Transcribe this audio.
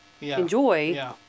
enjoy